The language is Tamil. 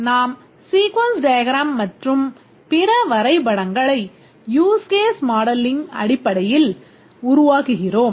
நாம் sequence diagram மற்றும் பிற வரைபடங்களை யூஸ் கேஸ் மாடலின் அடிப்படையில் உருவாக்குகிறோம்